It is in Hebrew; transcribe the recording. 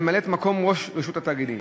ממלאת-מקום ראש רשות התאגידים,